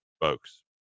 folks